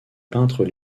peintres